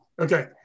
Okay